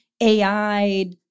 AI